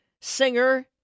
singer